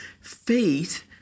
faith